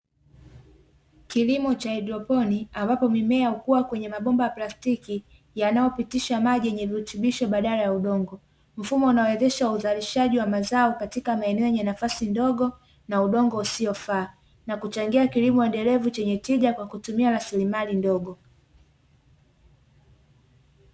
Kilimo cha haidroponi ambapo mimea hukua kwenye mabomba ya plastiki yanayopitisha maji yenye virutubisho badala ya udongo, mfumo unaowezesha uzalishaji wa mazao katika maeneo yenye nafasi ndogo na udongo usiovaa na kuchangia kilimo endelevu chenye tija kwa kutumia rasilimali ndogo.